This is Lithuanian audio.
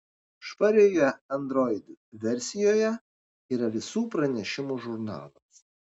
švarioje android versijoje yra visų pranešimų žurnalas